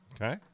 Okay